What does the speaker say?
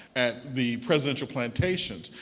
at the presidential plantations,